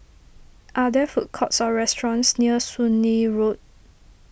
are there food courts or restaurants near Soon Lee Road